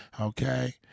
okay